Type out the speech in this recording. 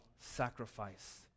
sacrifice